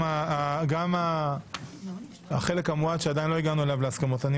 גם החלק המועט שעדיין לא הגענו אליו להסכמות, אני